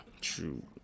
True